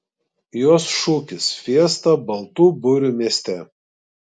jos šūkis fiesta baltų burių mieste